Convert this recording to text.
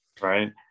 Right